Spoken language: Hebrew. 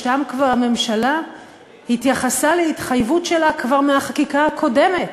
שם הממשלה התייחסה להתחייבות שלה כבר מהחקיקה הקודמת,